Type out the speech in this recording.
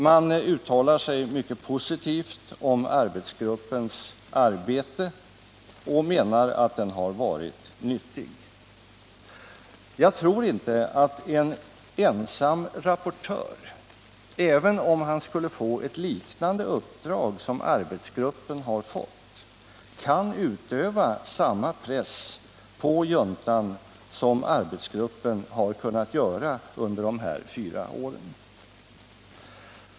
Man uttalar sig mycket positivt om arbetsgruppens arbete och menar att den har varit nyttig. Jag tror inte att en ensam rapportör, även om han skulle få ett uppdrag liknande det som arbetsgruppen har fått, kan utöva samma press på juntan som arbetsgruppen har kunnat göra under de gångna fyra åren.